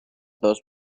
dos